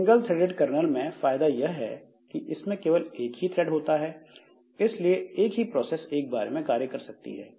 single threaded kernel में फायदा यह है कि इसमें केवल एक ही थ्रेड होता है और इसलिए एक ही प्रोसेस एक बार में कार्य कर सकती है